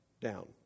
down